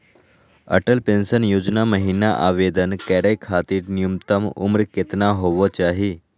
Atal pension योजना महिना आवेदन करै खातिर न्युनतम उम्र केतना होवे चाही?